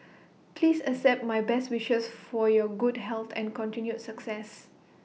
please accept my best wishes for your good health and continued success